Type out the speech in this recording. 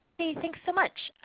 hey, thanks so much.